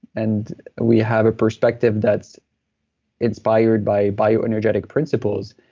and we have a perspective that's inspired by bioenergetic principles,